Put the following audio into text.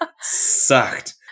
sucked